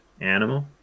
animal